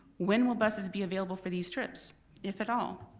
when will buses be available for these trips if at all?